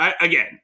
Again